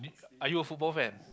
are you a football fan